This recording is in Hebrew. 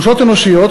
חולשות אנושיות,